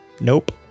nope